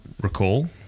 recall